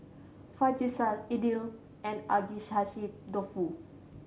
Fajitas Idili and Agedashi Dofu